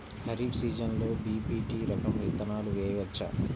ఖరీఫ్ సీజన్లో బి.పీ.టీ రకం విత్తనాలు వేయవచ్చా?